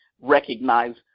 recognize